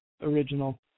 original